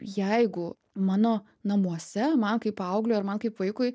jeigu mano namuose man kaip paaugliui ar man kaip vaikui